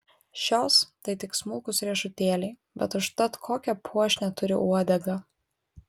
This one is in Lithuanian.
šios tai tik smulkūs riešutėliai bet užtat kokią puošnią turi uodegą